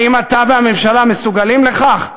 האם אתה והממשלה מסוגלים לכך?